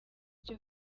cyo